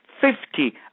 Fifty